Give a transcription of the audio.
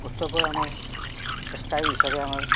উৎসৱ এই আমাৰ স্থায়ী হিচাপে আমাৰ